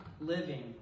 living